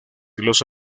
los